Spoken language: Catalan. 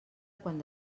quan